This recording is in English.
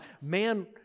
man